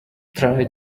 try